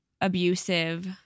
abusive